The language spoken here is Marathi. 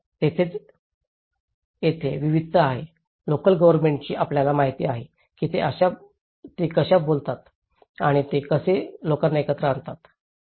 तर तिथेच येथे विविधता आहे लोकल गव्हर्नमेंटांची आपल्याला माहिती आहे की ते कशा बोलतात आणि कसे ते लोकांना एकत्र आणतात